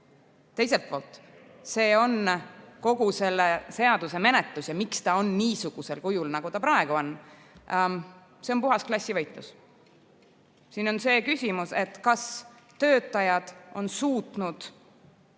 terveks. Teiselt poolt, see on kogu selle seaduse menetlus. Miks ta on niisugusel kujul, nagu ta praegu on, see on puhas klassivõitlus. Siin on see küsimus, kas töötajad on suutnud